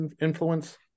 influence